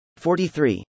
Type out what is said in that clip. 43